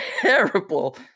terrible